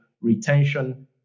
retention